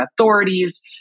authorities